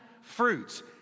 fruits